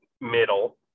middle